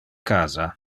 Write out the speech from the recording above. casa